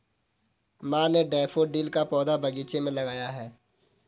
माँ ने डैफ़ोडिल का पौधा बगीचे में लगाया है